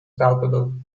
palpable